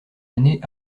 années